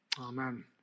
Amen